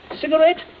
cigarette